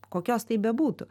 kokios tai bebūtų